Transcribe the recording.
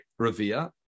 ravia